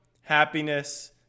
happiness